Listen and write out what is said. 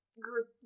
group